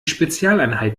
spezialeinheit